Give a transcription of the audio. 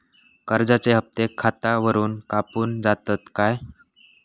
कर्जाचे हप्ते खातावरून कापून जातत काय?